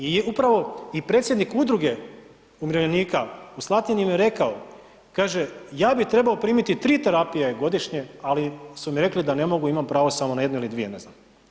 I upravo i predsjednik Udruge umirovljenika u Slatini im je rekao, kaže, ja bih trebao primiti 3 terapije godišnje, ali su mi rekli da ne mogu, imamo pravo samo na jednu ili dvije, ne znam.